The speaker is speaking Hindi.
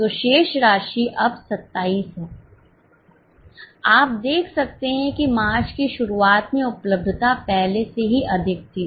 तो शेष राशि अब 27 है आप देख सकते हैं कि मार्च की शुरुआत में उपलब्धता पहले से ही अधिक थी